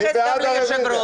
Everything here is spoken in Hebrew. אין לא אושר.